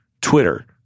Twitter